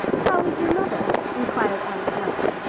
how is your mother? inquired anne politely,